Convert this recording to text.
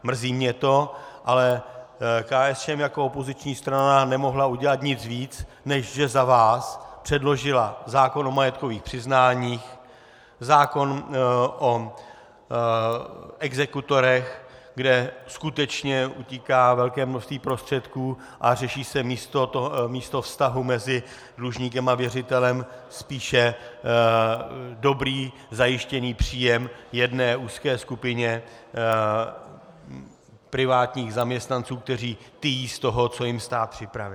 Mrzí mě to, ale KSČM jako opoziční strana nemohla udělat nic víc, než že za vás předložila zákon o majetkových přiznáních, zákon o exekutorech, kde skutečně utíká velké množství prostředků a řeší se místo vztahu mezi dlužníkem a věřitelem spíše dobrý zajištěný příjem jedné úzké skupině privátních zaměstnanců, kteří tyjí z toho, co jim stát připravil.